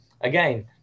Again